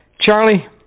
Charlie